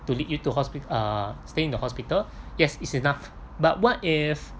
to lead you to hospi~ uh staying in the hospital yes it's enough but what if